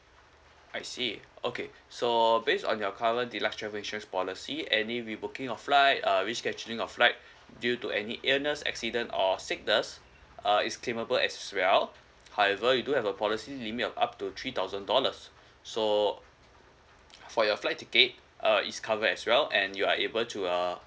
I see okay so based on your current deluxe travel insurance policy any re booking of flight uh re scheduling of flight due to any illness accident or sickness uh is claimable as well however you do have a policy limit of up to three thousand dollars so for your flight tickets uh is covered as well and you are able to uh